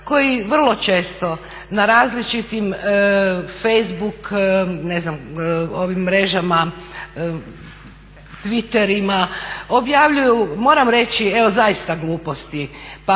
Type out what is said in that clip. koji vrlo često na različitim facebook, ne znam ovim mrežama twitterima objavljuju moram reći evo zaista gluposti.